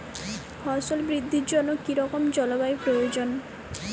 ফসল বৃদ্ধির জন্য কী রকম জলবায়ু প্রয়োজন?